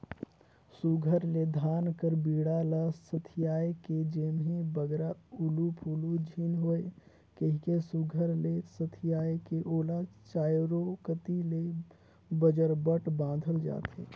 सुग्घर ले धान कर बीड़ा ल सथियाए के जेम्हे बगरा उलु फुलु झिन होए कहिके सुघर ले सथियाए के ओला चाएरो कती ले बजरबट बाधल जाथे